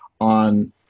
on